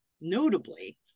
notably